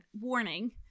warning